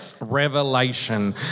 Revelation